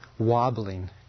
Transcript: wobbling